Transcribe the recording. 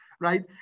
right